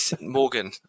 Morgan